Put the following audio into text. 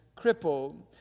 crippled